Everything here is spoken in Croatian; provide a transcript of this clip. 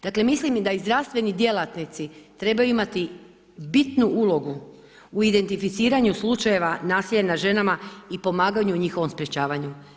Dakle, mislim da i zdravstveni djelatnici trebaju imati bitnu ulogu u identificiranju slučajeva nasilja nad ženama i pomaganju u njihovom sprečavanu.